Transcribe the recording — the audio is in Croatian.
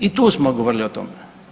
I tu smo govorili o tome.